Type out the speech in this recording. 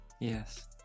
yes